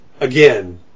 again